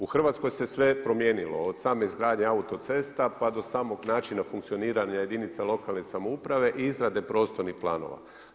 U Hrvatskoj se sve promijenilo, od same izgradnje autocesta pa do samog načina funkcioniranja jedinica lokalne samouprave i izrade prostornih planova.